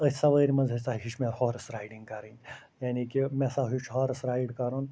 أتھۍ سَوٲری منٛز ہسا ہیٛوچھ مےٚ ہارٕس رایڈِنٛگ کَرٕںۍ یعنی کہِ مےٚ ہسا ہیٛوچھ ہارٕس رایِڈ کَرُن